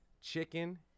chicken